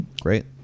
great